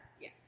Yes